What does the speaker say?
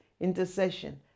intercession